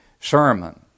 sermon